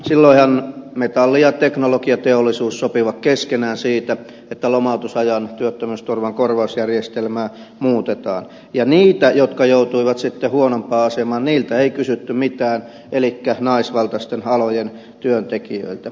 silloinhan metalli ja teknologiateollisuus sopivat keskenään siitä että lomautusajan työttömyysturvan korvausjärjestelmää muutetaan ja niiltä jotka joutuivat sitten huonompaan asemaan ei kysytty mitään elikkä naisvaltaisten alojen työntekijöiltä